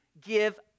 give